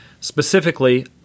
Specifically